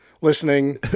listening